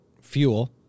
fuel